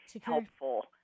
helpful